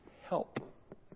help